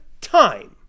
time